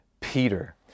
Peter